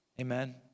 Amen